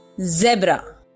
zebra